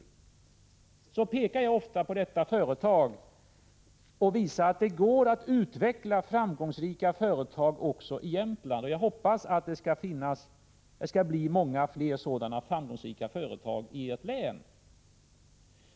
Jag pekar alltså ofta på detta företag och framhåller att det går att framgångsrikt utveckla företag också i Jämtland. Jag hoppas att det skall bli många fler framgångsrika företag i ert län.